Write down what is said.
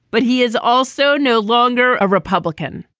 but he is also no longer a republican.